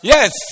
Yes